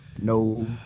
No